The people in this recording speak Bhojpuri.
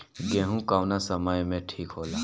गेहू कौना समय मे ठिक होला?